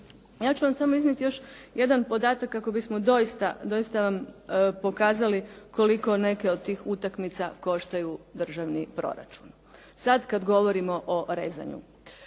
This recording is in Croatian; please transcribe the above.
Ja ću vam iznijeti samo još jedan podatak ako bismo doista pokazali koliko neke od tih utakmica koštaju državni proračun. Sada kada govorimo o rezanju.